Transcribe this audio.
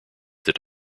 that